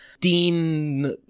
Dean